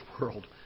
world